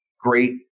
great